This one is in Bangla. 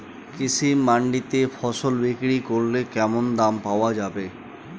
কৃষি মান্ডিতে ফসল বিক্রি করলে কেমন দাম পাওয়া যাবে?